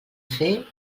fer